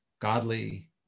godly